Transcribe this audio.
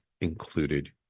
included